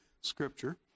Scripture